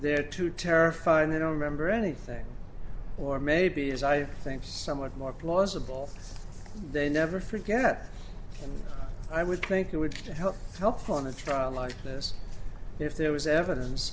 there too terrified they don't remember anything or maybe as i think somewhat more plausible they never forget and i would think it would help help on a trial like this if there was evidence